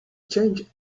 change